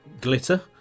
glitter